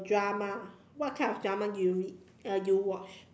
drama what type of drama do you read uh do you watch